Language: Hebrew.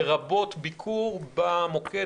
לרבות ביקור במוקד.